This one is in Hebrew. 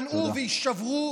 וייכנעו ויישברו, תודה.